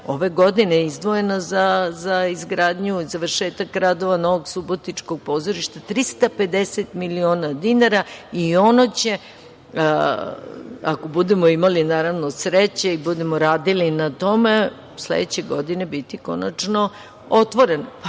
ove godine je izdvojeno za izgradnju i završetak radova Subotičkog pozorišta, 350 miliona dinara i ono će, ako budemo imali sreće i budemo radili na tome, sledeće godine biti konačno